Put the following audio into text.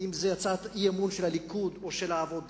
אם זו הצעת אי-אמון של הליכוד או של העבודה